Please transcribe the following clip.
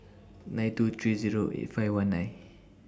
nine two three Zero eight five one nine